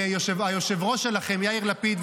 היושב-ראש שלכם יאיר לפיד,